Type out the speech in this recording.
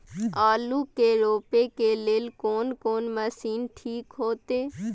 आलू के रोपे के लेल कोन कोन मशीन ठीक होते?